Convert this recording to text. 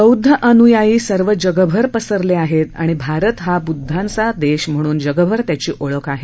बौद्ध अनुयायी सर्व जगभर पसरले आहेत आणि भारत हा बुद्धांचा देश म्हणून जगभर त्याची ओळख आहे